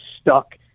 stuck